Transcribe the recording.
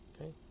Okay